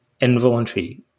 involuntary